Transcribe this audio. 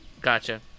Gotcha